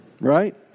right